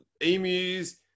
emus